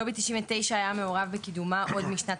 לובי 99 היה מעורב בקידומה עוד משנת